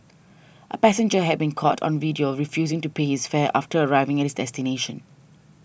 a passenger have been caught on video refusing to pay his fare after arriving at his destination